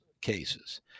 cases